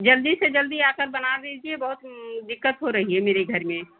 जल्दी से जल्दी आ कर बना दीजिए बहुत दिक्कत हो रही है मेरे घर में